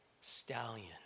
stallion